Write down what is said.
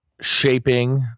shaping